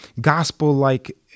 gospel-like